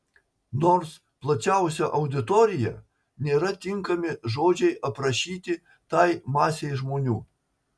nors plačiausia auditorija nėra tinkami žodžiai aprašyti tai masei žmonių